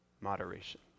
moderation